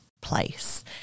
place